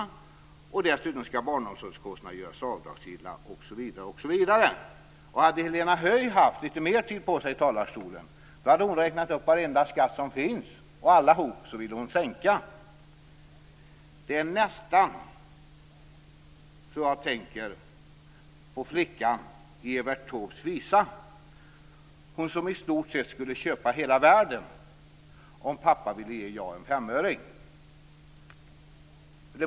Dessutom skall barnomsorgskostnaderna göras avdragsgilla osv. Om Helena Höij hade haft lite mera tid på sig här i talarstolen skulle hon ha räknat upp varenda skatt som finns, och allihop skulle hon ha velat sänka. Det är nästan så att jag tänker på flickan i Evert Taubes visa - hon som i stort sett skulle köpa hela världen "om pappa ville ge jag en femöring".